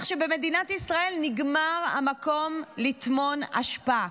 שבמדינת ישראל נגמר המקום לטמון אשפה.